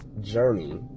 journey